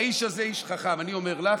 האיש הזה איש חכם, אני אומר לך,